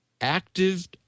active